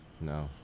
No